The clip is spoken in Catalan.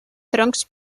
troncs